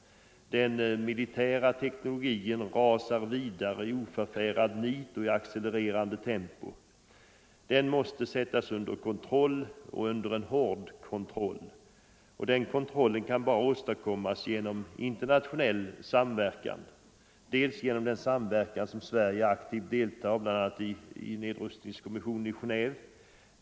Den militära teknologin rasar vidare i oförfärat nit och i accelererande tempo. Den måste sättas under kontroll —- under hård kontroll! Och den kontrollen kan bara åstadkommas genom internationell samverkan, genom den samverkan som Sverige aktivt deltar i, t.ex. i nedrustningskommissionen i Genéve.